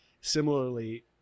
similarly